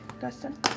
Dustin